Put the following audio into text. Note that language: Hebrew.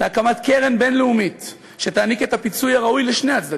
להקמת קרן בין-לאומית שתעניק את הפיצוי הראוי לשני הצדדים,